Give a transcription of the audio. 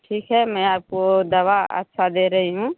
ठीक है मैं आपको दवा अच्छा दे रही हूँ